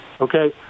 okay